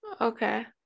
Okay